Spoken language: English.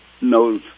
knows